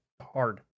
hard